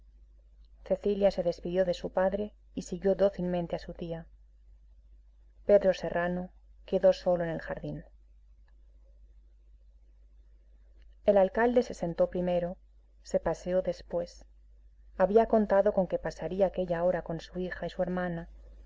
cecilia se despidió de su padre y siguió dócilmente a su tía pedro serrano quedó solo en el jardín el alcalde se sentó primero se paseó después había contado con que pasaría aquella hora con su hija y su hermana